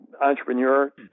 entrepreneur